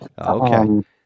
Okay